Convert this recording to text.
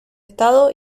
estado